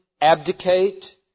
abdicate